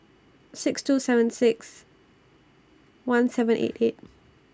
six two seven six one seven eight eight